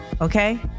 okay